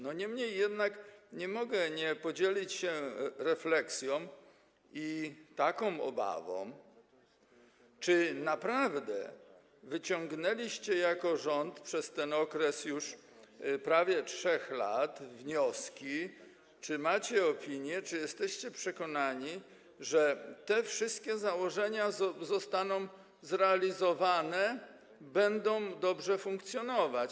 Niemniej jednak nie mogę nie podzielić się refleksją i taką obawą, czy naprawdę wyciągnęliście jako rząd przez ten okres już prawie 3 lat wnioski, czy macie opinie, czy jesteście przekonani, że te wszystkie założenia zostaną zrealizowane, że to będzie dobrze funkcjonować.